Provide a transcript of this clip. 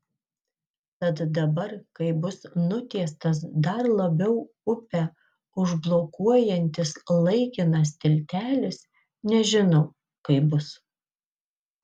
tad dabar kai bus nutiestas dar labiau upę užblokuojantis laikinas tiltelis nežinau kaip bus